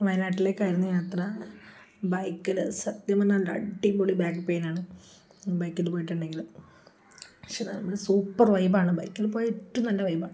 വയനാട്ടിലേക്കായിരുന്നു യാത്ര ബൈക്കില് സത്യം പറഞ്ഞാല് നല്ല അടിപൊളി ബാക്ക് പെയിനാണ് ബൈക്കില് പോയിട്ടുണ്ടെങ്കില് പക്ഷെ നമ്മള് സൂപ്പർ വൈബാണ് ബൈക്കില് പോയാല് ഏറ്റവും നല്ല വൈബാണ്